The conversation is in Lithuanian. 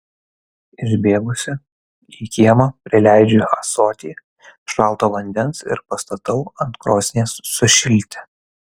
išbėgusi į kiemą prileidžiu ąsotį šalto vandens ir pastatau ant krosnies sušilti